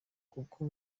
kuko